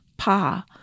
Pa